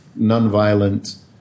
nonviolent